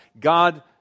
God